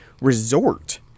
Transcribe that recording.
resort